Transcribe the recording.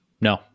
No